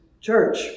church